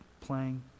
playing